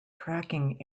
tracking